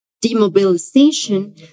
demobilization